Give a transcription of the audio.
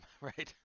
right